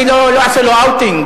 אני לא אעשה לו "אאוטינג".